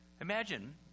Imagine